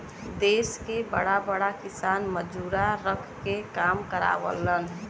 देस के बड़ा बड़ा किसान मजूरा रख के काम करावेलन